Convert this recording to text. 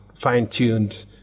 fine-tuned